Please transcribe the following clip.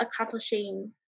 accomplishing